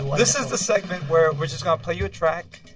this is the segment where we're just going to play you a track.